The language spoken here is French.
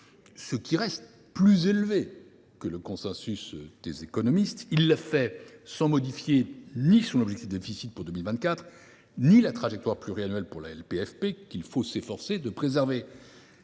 encore supérieur au consensus des économistes. Il l’a fait sans modifier ni son objectif de déficit pour 2024 ni la trajectoire pluriannuelle de la LPFP, qu’il faut s’efforcer de préserver.